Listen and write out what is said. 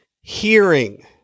hearing